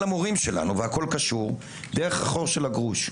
המורים שלנו והכול קשור דרך החור של הגרוש.